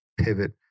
pivot